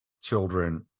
children